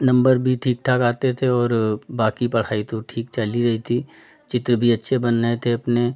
number भी ठीक ठाक आते थे और बाकी पढ़ाई तो ठीक चल ही रही थी चित्र भी अच्छे बन रहे थे अपने